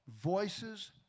Voices